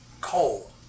coal